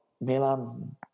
Milan